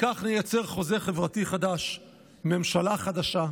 כך נייצר חוזה חברתי חדש, ממשלה חדשה,